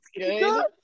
good